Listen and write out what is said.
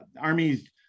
armies